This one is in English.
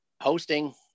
hosting